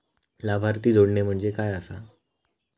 लाभार्थी जोडणे म्हणजे काय आसा?